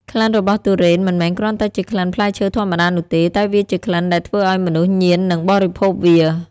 ក្លិនរបស់ទុរេនមិនមែនគ្រាន់តែជាក្លិនផ្លែឈើធម្មតានោះទេ តែវាជាក្លិនដែលធ្វើឲ្យមនុស្សញៀននឹងបរិភោគវា។